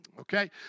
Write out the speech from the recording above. Okay